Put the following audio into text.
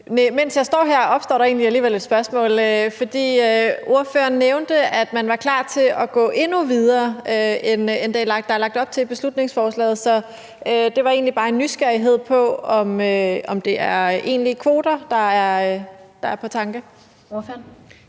mens jeg står her, opstår der alligevel et spørgsmål, fordi ordføreren nævnte, at man var klar til at gå endnu videre, end der er lagt op til i beslutningsforslaget. Så det var egentlig bare en nysgerrighed efter, om det er egentlige kvoter, der er i tankerne.